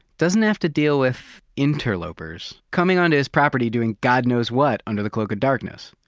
doesn't have to deal with interlopers coming on his property doing god knows what under the cloak of darkness.